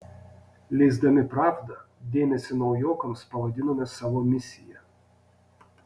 leisdami pravdą dėmesį naujokams pavadinome savo misija